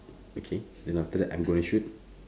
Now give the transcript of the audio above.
okay then after that I'm going shoot